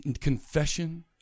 Confession